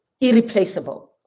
irreplaceable